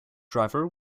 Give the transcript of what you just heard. driver